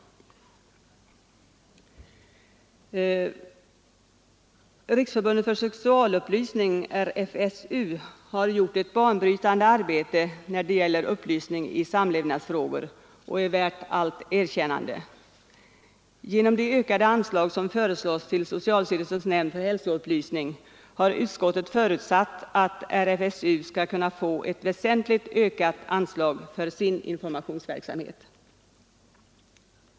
Riksförbundet för sexuell upplysning, RFSU, har gjort ett banbrytande arbete när det gäller upplysning i samlevnadsfrågor och är värt allt erkännande. Genom det ökade anslag som föreslås till socialstyrelsens nämnd för hälsoupplysning har utskottet förutsatt att RFSU skall kunna få ett väsentligt utökat anslag för sin informationsverksamhet.